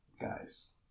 guys